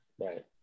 Right